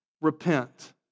Repent